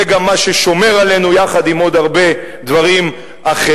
זה גם מה ששומר עלינו יחד עם עוד הרבה דברים אחרים,